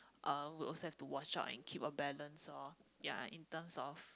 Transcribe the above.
uh I'll also have to watch out and keep a balance orh ya in terms of